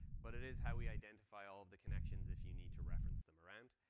but it is how we identify all the connections if you need to reference them around.